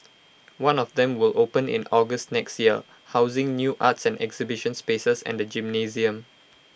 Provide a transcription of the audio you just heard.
one of them will open in August next year housing new arts and exhibition spaces and A gymnasium